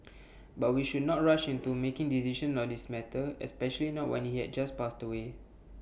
but we should not rush into making decisions on this matter especially not when he had just passed away